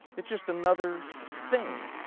it's just another thing